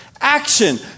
action